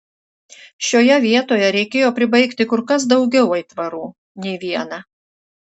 šioje vietoje reikėjo pribaigti kur kas daugiau aitvarų nei vieną